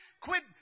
quit